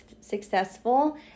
successful